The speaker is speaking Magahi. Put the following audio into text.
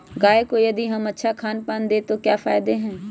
गाय को यदि हम अच्छा खानपान दें तो क्या फायदे हैं?